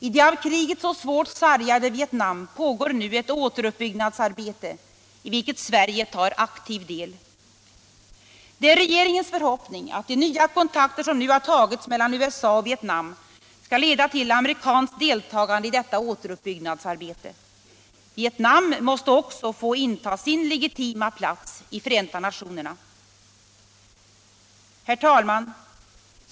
I det av kriget så svårt sargade Vietnam pågår nu ett återuppbyggnadsarbete i vilket Sverige tar aktiv del. Det är regeringens förhoppning att de nya kontakter som nu har tagits mellan USA och Vietnam skall leda till amerikanskt deltagande i detta återuppbyggnadsarbete. Vietnam måste också få inta sin legitima plats i Förenta nationerna. Herr talman!